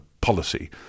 policy